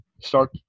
start